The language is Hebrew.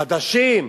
חדשים.